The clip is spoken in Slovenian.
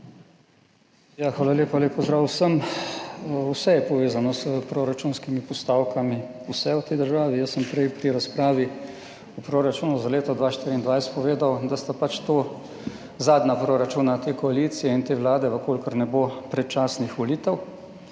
Hvala lepa. Lep pozdrav vsem! Vse je povezano s proračunskimi postavkami, vse v tej državi. Jaz sem prej pri razpravi o proračunu za leto 2024 povedal, da sta to zadnja proračuna te koalicije in te vlade, če ne bo predčasnih volitev.